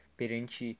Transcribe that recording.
perante